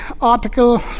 article